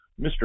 Mr